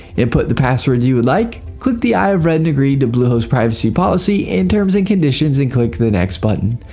input the password you would like. click the i have read and agreed to bluehost's privacy policy and terms and condition and click the next button.